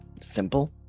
simple